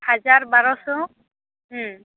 ᱦᱟᱡᱟᱨ ᱵᱟᱨᱳᱥᱚ ᱦᱮᱸ